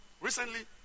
Recently